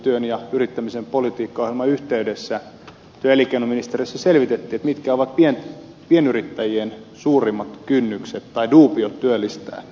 työn ja yrittämisen politiikkaohjelman yhteydessä työ ja elinkeinoministeriössä selvitettiin mitkä ovat pienyrittäjien suurimmat kynnykset tai dubiot työllistää ja esiin nousi kaksi asiaa